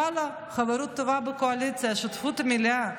ואללה, חברות טובה בקואליציה, שותפות מלאה.